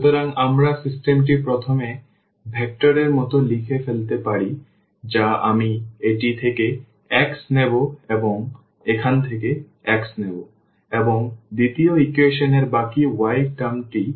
সুতরাং আমরা সিস্টেমটি প্রথম ভেক্টরএর মতো লিখে ফেলতে পারি যা আমি এটি থেকে x নেব এবং এখান থেকে x নেব এবং দ্বিতীয় ইকুয়েশন এর বাকি y টার্মটি